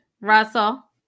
Russell